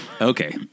Okay